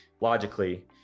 logically